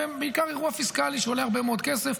ובעיקר אירוע פיסקלי שעולה הרבה מאוד כסף.